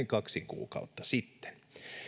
kaksi kuukautta sitten